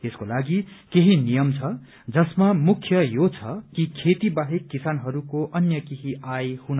यसको लागि केही नियम छ जसमा मुख्य यो छ कि खेती बाहेक किसानहरूको अन्य केही आय हुन हुँदैन